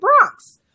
Bronx